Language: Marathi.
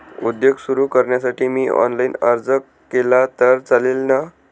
उद्योग सुरु करण्यासाठी मी ऑनलाईन अर्ज केला तर चालेल ना?